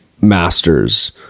masters